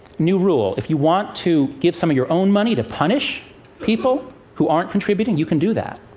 new rule. if you want to give some of your own money to punish people who aren't contributing, you can do that.